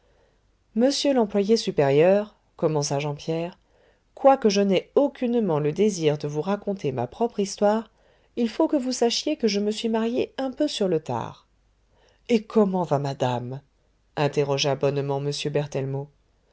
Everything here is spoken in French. monsieur l'employé supérieur commença jean pierre quoique je n'aie aucunement le désir de vous raconter ma propre histoire il faut que vous sachiez que je me suis marié un peu sur le tard et comment va madame interrogea bonnement m